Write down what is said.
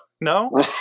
No